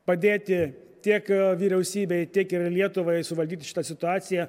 padėti tiek vyriausybei tiek ir lietuvai suvaldyti šitą situaciją